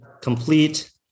Complete